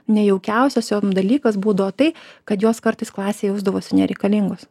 nejaukiausias jom dalykas būdavo tai kad jos kartais klasėj jausdavosi nereikalingos